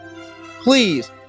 please